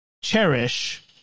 cherish